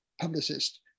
publicist